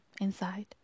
inside